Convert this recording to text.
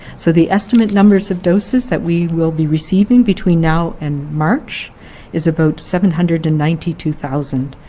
so the estimate numbers of doses that we will be receiving between now and march is about seven hundred and ninety two thousand.